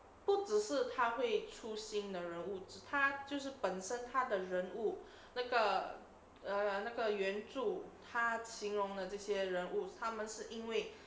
err 不只是他会出新的人物他就是本身它的人物那个呃那个援助他形容的这些人物他们是因为